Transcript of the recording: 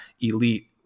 elite